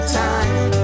time